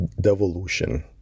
devolution